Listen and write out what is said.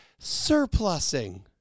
surplusing